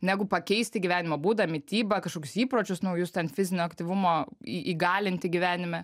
negu pakeisti gyvenimo būdą mitybą kažkokius įpročius naujus ten fizinio aktyvumo į įgalinti gyvenime